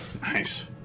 Nice